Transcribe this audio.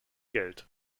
geld